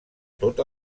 tot